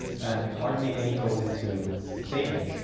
and hardly any goes into savings.